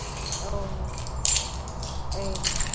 औ ओइ